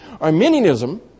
Arminianism